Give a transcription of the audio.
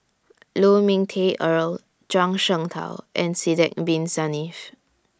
Lu Ming Teh Earl Zhuang Shengtao and Sidek Bin Saniff